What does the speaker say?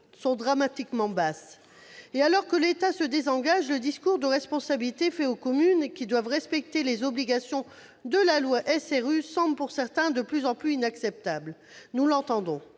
sont dramatiquement basses. Alors que l'État se désengage, le discours de responsabilité adressé aux communes qui doivent respecter les obligations de la loi SRU semble pour certains de plus en plus inacceptable. Nous l'entendons.